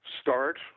start